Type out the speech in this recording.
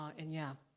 and yeah,